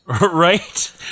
Right